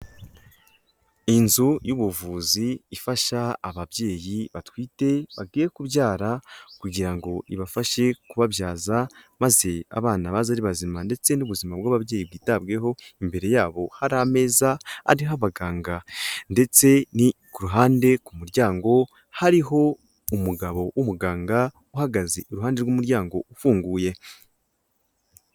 Inzu y'ubuvuzi ifasha ababyeyi batwite bagiye kubyara, kugira ngo ibafashe kubabyaza maze abana baze ari bazima ndetse n'ubuzima bw'ababyeyi bwitabweho, imbere yabo hari ameza ariho abaganga, ndetse ni ku ruhande ku muryango hariho umugabo w'umuganga uhagaze iruhande rw'umuryango ufunguye.